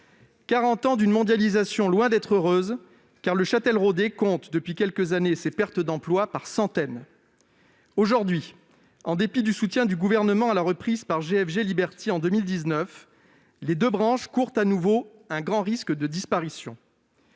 ans d'une mondialisation loin d'être heureuse, car depuis quelques années le Châtelleraudais compte les pertes d'emplois par centaines. Aujourd'hui, en dépit du soutien du Gouvernement à la reprise par GFG et Liberty en 2019, les deux branches courent à nouveau un grand risque de disparition.